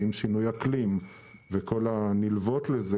מעין שינוי אקלים וכל הנלווים לזה,